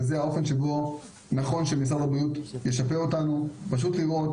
וזה האופן שבו נכון שמשרד הבריאות ישפה אותנו: פשוט לראות